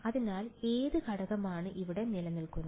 അതിനാൽ ഏത് ഘടകമാണ് ഇവിടെ നിലനിൽക്കുന്നത്